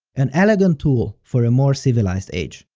an elegant tool for a more civilized age.